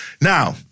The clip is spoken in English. Now